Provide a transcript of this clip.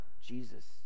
jesus